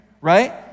right